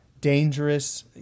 dangerous